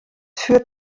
führt